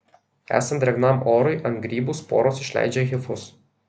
esant drėgnam orui ant grybų sporos išleidžia hifus